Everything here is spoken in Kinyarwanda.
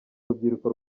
rubyiruko